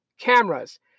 cameras